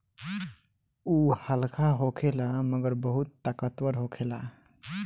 उ हल्का होखेला मगर बहुत ताकतवर होखेला